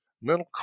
Mental